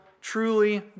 truly